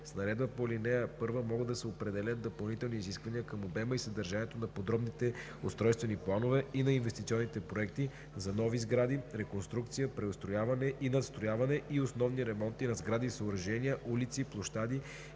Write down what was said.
С наредбата по ал. 1 могат да се определят допълнителни изисквания към обема и съдържанието на подробните устройствени планове и на инвестиционните проекти за нови сгради, реконструкция, пристрояване и надстрояване и основни ремонти на сгради и съоръжения, улици, площади